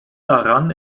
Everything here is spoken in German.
daran